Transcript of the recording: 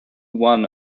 one